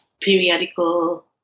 periodical